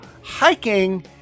hiking